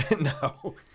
No